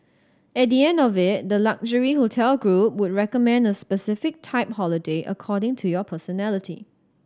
at the end of it the luxury hotel group would recommend a specific type holiday according to your personality